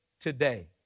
today